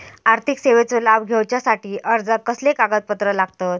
आर्थिक सेवेचो लाभ घेवच्यासाठी अर्जाक कसले कागदपत्र लागतत?